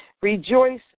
rejoice